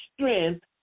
strength